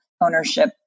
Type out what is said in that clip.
ownership